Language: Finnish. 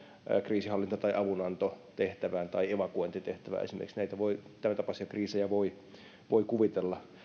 kriisinhallinta tai avunantotehtävään tai evakuointitehtävään esimerkiksi näitä tämäntapaisia kriisejä voi voi kuvitella